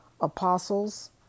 apostles